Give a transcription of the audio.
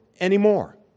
anymore